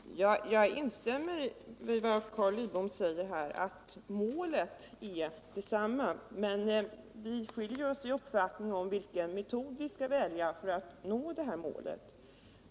Herr talman! Jag instämmer i vad Carl Lidbom säger, att målet är detsamma. Vi skiljer oss emellertid i uppfattning om vilken metod vi skall välja för att nå målet.